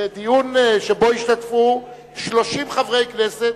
בדיון שבו השתתפו 30 חברי כנסת,